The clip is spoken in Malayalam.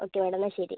ഓക്കേ മാഡം എന്നാൽ ശരി